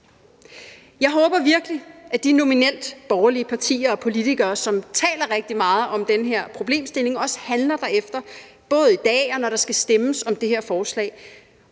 Jeg håber virkelig, at de nominelt borgerlige partier og politikere, som taler rigtig meget om den her problemstilling, også handler derefter, både i dag, og når der skal stemmes om det her forslag.